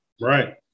Right